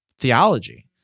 theology